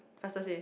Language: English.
faster say